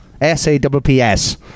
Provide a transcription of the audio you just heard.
S-A-W-P-S